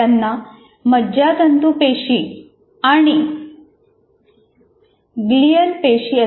त्यांना मज्जातंतू पेशी आणि ग्लिअल पेशी असे म्हणतात